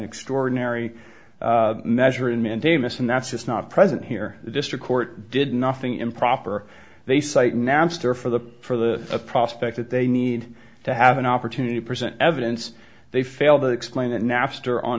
extraordinary measure in mandamus and that's just not present here the district court did nothing improper they cite napster for the for the prospect that they need to have an opportunity to present evidence they failed to explain that napster on